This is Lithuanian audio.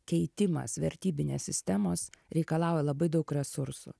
keitimas vertybinės sistemos reikalauja labai daug resursų